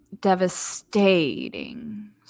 devastating